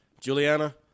Juliana